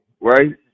right